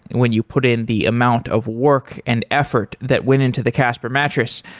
when you put in the amount of work and effort that went into the casper mattress,